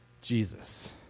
Jesus